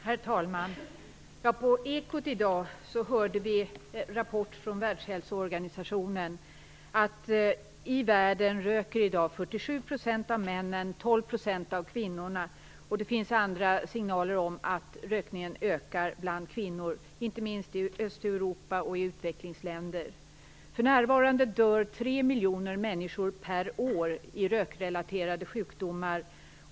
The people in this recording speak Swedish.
Herr talman! På Ekot i dag hörde vi en rapport från Världshälsoorganisationen, om att 47 % av männen och 12 % av kvinnorna i världen röker i dag. Och det finns andra signaler om att rökningen ökar bland kvinnor, inte minst i Östeuropa och i utvecklingsländer. För närvarande dör 3 miljoner människor per år i rökrelaterade sjukdomar.